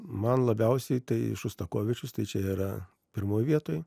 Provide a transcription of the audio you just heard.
man labiausiai tai šostakovičius tai čia yra pirmoj vietoj